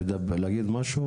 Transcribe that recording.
להגיד משהו,